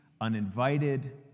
uninvited